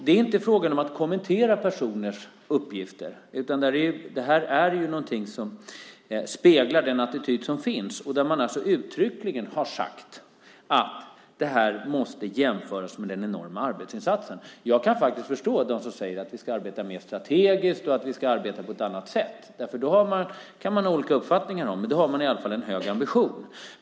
Det är inte fråga om att kommentera personers uppgifter, utan detta är någonting som speglar den attityd som finns. Och man har alltså uttryckligen sagt att detta måste jämföras med den enorma arbetsinsatsen. Jag kan faktiskt förstå dem som säger att vi ska arbeta mer strategiskt och att vi ska arbeta på ett annat sätt. Det kan man ha olika uppfattningar om, men då har man i alla fall en hög ambition.